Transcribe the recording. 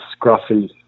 scruffy